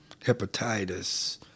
hepatitis